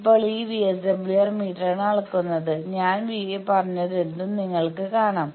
ഇപ്പോൾ ഈ VSWR മീറ്ററാണ് VSWR അളക്കുന്നത് ഞാൻ പറഞ്ഞതെന്തും നിങ്ങൾക്ക് കാണാം